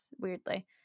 weirdly